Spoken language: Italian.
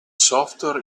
software